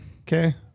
okay